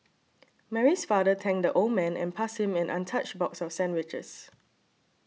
Mary's father thanked the old man and passed him an untouched box of sandwiches